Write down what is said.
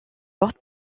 portes